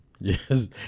Yes